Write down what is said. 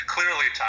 Clearly